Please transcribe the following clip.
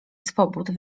swobód